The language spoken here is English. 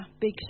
big